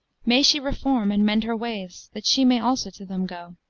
may she reform and mend her ways, that she may also to them go.